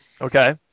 Okay